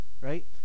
right